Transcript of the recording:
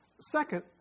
Second